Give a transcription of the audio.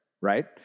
right